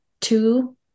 two